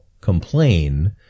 complain